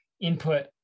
input